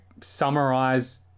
summarize